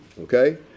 okay